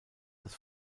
das